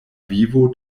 vivo